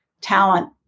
talent